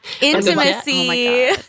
Intimacy